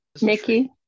Nikki